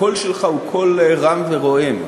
הקול שלך הוא קול רם ורועם.